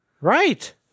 Right